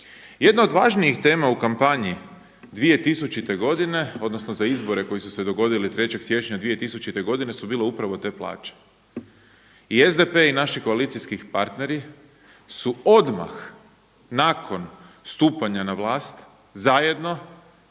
Jedna od važnijih tema u kampanji 2000. godine odnosno za izbore koji su se dogodili 3. siječnja 2000. godine su bile upravo te plaće. I SDP i naši koalicijski partneri su odmah nakon stupanja na vlast zajedno